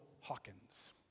Hawkins